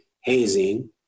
hazing